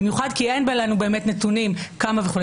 במיוחד כי אין לנו באמת נתונים כמה וכו',